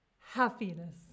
happiness